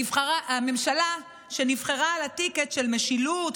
הממשלה שנבחרה על הטיקט של משילות,